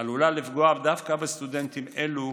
עלולה לפגוע דווקא בסטודנטים אלו,